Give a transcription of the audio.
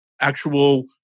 actual